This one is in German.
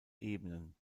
ebenen